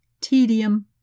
tedium